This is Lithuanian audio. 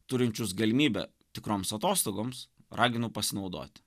turinčius galimybę tikroms atostogoms raginu pasinaudoti